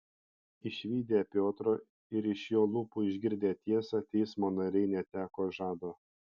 išvydę piotrą ir iš jo lūpų išgirdę tiesą teismo nariai neteko žado